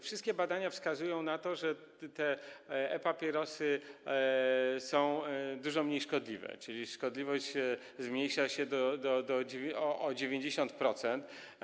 Wszystkie badania wskazują na to, że te e-papierosy są dużo mniej szkodliwe, czyli szkodliwość zmniejsza się o 90%.